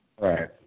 Right